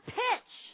pitch